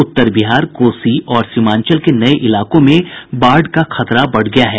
उत्तर बिहार कोसी और सीमांचल के नये इलाकों में बाढ़ का खतरा बढ़ गया है